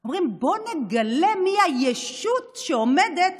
אומרים: בואו נגלה מי הישות שעומדת